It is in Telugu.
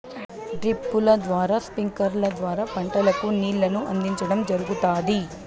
డ్రిప్పుల ద్వారా స్ప్రింక్లర్ల ద్వారా పంటలకు నీళ్ళను అందించడం జరుగుతాది